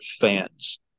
fans